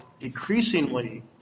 increasingly